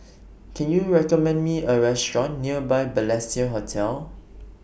Can YOU recommend Me A Restaurant near Balestier Hotel